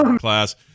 class